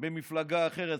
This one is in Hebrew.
במפלגה אחרת.